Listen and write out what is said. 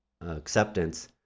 acceptance